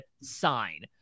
sign